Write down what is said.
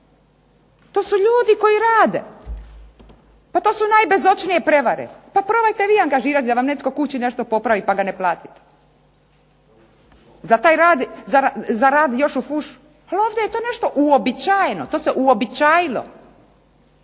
To su ljudi koji rade, pa to su najbezočnije prevare. Pa probajte vi nešto angažirati da vam netko kući nešto popravi pa ga neplatite. Za rad još u fušu. Ali ovdje je to uobičajeno, to se uobičajilo.